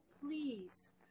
please